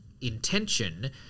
intention